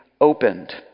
opened